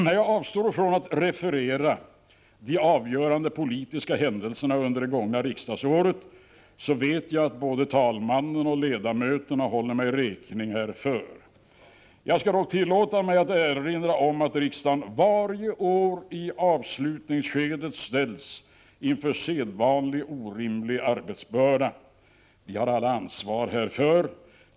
När jag avstår från att referera de avgörande politiska händelserna under det gångna riksdagsåret, vet jag att både talmannen och ledamöterna håller mig räkning härför. Jag skall dock tillåta mig att erinra om att riksdagen varje år i avslutningsskedet ställs inför en orimlig arbetsbörda. Vi har alla ansvar härför.